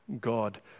God